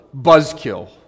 buzzkill